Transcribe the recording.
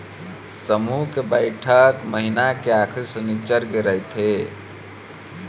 समूह के बइठक महिना के आखरी सनिच्चर के रहिथे